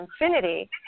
infinity